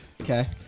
Okay